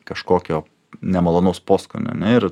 kažkokio nemalonaus poskonio ar ne ir